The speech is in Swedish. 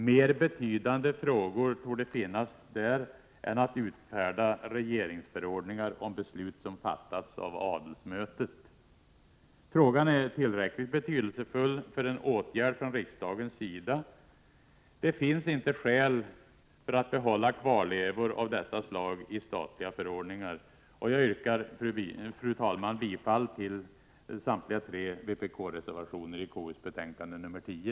Mer betydande frågor torde finnas där än att utfärda regeringsförordningar om beslut som fattats av adelsmötet! Frågan är tillräckligt betydelsefull för en åtgärd från riksdagens sida. Det finns inte skäl för att behålla kvarlevor av detta slag i statliga förordningar. Jag yrkar, fru talman, bifall till samtliga tre vpk-reservationer till konstitutionsutskottets betänkande nr 10.